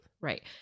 Right